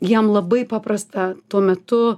jam labai paprasta tuo metu